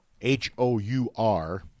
H-O-U-R